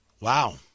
Wow